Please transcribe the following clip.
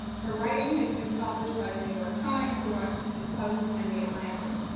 her writing has been published by the new york times, the washington post, and the atlantic.